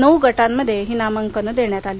नऊ गटांमध्ये ही नामांकने देण्यात आली